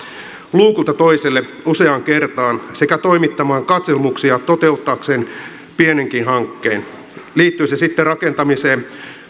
luukulta toiselle useaan kertaan sekä toimittamaan katselmuksia toteuttaakseen pienenkin hankkeen liittyi se sitten rakentamiseen